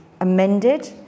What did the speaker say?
amended